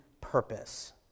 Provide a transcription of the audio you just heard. purpose